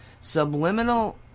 subliminal